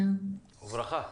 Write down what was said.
שלום.